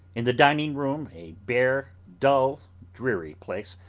in the dining-room, a bare, dull, dreary place,